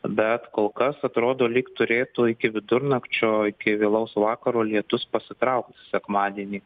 bet kol kas atrodo lyg turėtų iki vidurnakčio iki vėlaus vakaro lietus pasitraukt sekmadienį